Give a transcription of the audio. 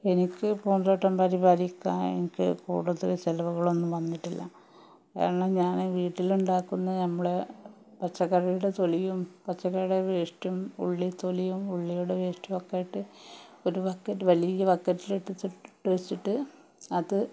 എനിക്ക് പൂന്തോട്ടം പരിപാലിക്കാൻ എനിക്ക് കൂടുതൽ ചിലവുകളൊന്നും വന്നട്ടില്ല കാരണം ഞാൻ വീട്ടിലുണ്ടാക്കുന്ന നമ്മൾ പച്ചക്കറീടെ തൊലിയും പച്ചക്കറീടെ വേസ്റ്റും ഉള്ളിത്തൊലിയും ഉള്ളീടെ വേസ്റ്റൊക്കെ ഇട്ട് ഒരു ബക്കറ്റ് വലിയ ബക്കറ്റിലിട്ട് ഇട്ട് വച്ചിട്ട് അത്